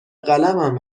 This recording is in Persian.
قلمم